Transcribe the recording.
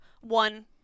one